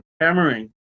hammering